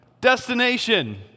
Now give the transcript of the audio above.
Destination